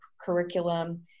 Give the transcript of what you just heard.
curriculum